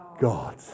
God